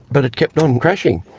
but it kept on crashing,